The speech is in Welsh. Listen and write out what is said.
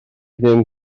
ddim